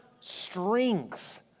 strength